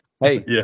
Hey